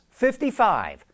55